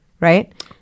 Right